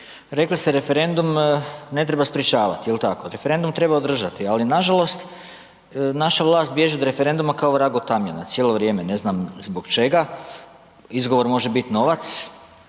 rekli ste referendum ne treba sprečavati, referendum treba održati, ali nažalost naša vlast bježi od referenduma kao vrag od tamjana cijelo vrijeme, ne znam zbog čega. Izgovor može biti novac